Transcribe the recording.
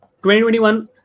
2021